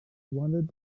wanted